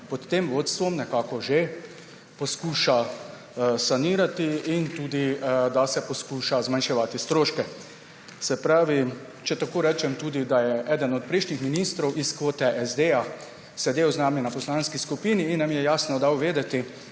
pod tem vodstvom nekako že poskuša sanirati in tudi da se poskuša zmanjševati stroške. Se pravi, če tako rečem tudi, da je eden od prejšnjih ministrov iz kvote SD sedel z nami na poslanski skupini in nam je jasno dal vedeti,